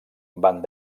van